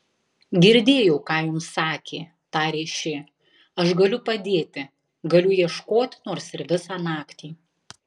girdėjau ką jums sakė tarė ši aš galiu padėti galiu ieškoti nors ir visą naktį